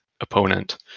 opponent